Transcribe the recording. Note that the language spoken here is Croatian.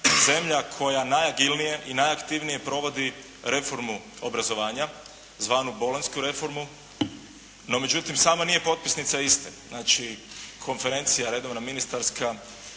zemlja koja najagilnije i najaktivnije provodi reformu obrazovanja zvanu Bolonjsku reformu. No, međutim, sama nije potpisnica iste. Znači konferencija redovna ministarska